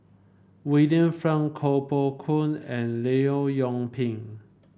William Koh Poh Koon and Leong Yoon Pin